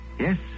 Yes